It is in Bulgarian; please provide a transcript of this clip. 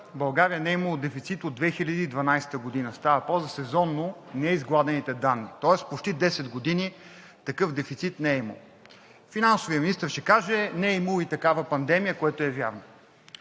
България не е имало дефицит от 2012 г. – става въпрос за сезонно неизгладените данни, тоест почти 10 години такъв дефицит не е имало. Финансовият министър ще каже: не е имало и такава пандемия, което е вярно.